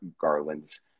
garland's